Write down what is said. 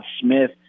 Smith